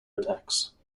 attacks